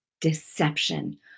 deception